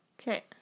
Okay